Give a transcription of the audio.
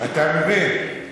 אתה מבין.